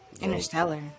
Interstellar